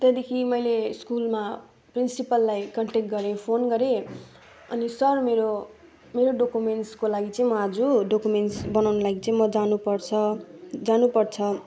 त्यहाँदेखि मैले स्कुलमा प्रिन्सिपललाई कन्ट्याक्ट गरेँ फोन गरेँ अनि सर मेरो मेरो डकोमेन्ट्सको लागि चाहिँ म आज डकोमेन्ट्स बनाउनु लागि चाहिँ म जानु पर्छ जानु पर्छ